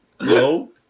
No